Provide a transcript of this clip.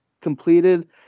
completed